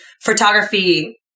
photography